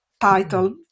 title